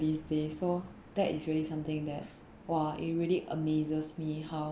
this day so that is really something that !wah! it really amazes me how